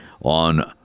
on